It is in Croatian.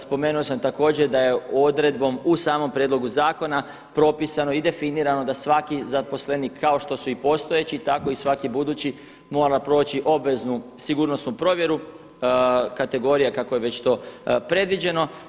Spomenuo sam također da je odredbom u samom prijedlogu zakona propisano i definirano da svaki zaposlenik kao što su i postojeći, tako i svaki budući mora proći obveznu sigurnosnu provjeru, kategorija kako je već to predviđeno.